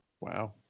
Wow